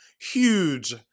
huge